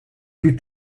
plus